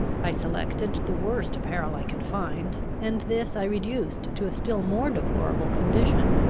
i selected the worst apparel i could find and this i reduced to a still more deplorable condition,